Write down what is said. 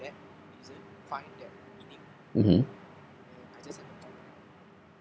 mmhmm